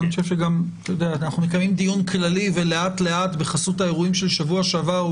אנחנו מקיימים דיון כללי ולאט לאט בחסות האירועים של שבוע שעבר,